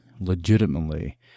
legitimately